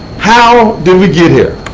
how did we get here?